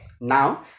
Now